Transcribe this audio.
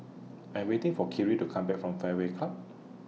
I'm waiting For Kyree to Come Back from Fairway Club